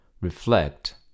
reflect